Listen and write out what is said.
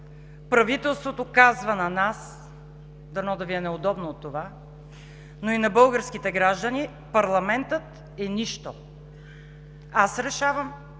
правителството казва на нас, дано да Ви е неудобно от това, но и на българските граждани: парламентът е нищо. Аз решавам,